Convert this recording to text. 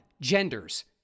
genders